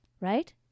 right